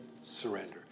surrender